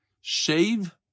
Shave